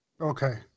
Okay